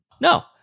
no